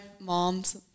mom's